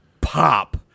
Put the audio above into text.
pop